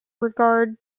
regard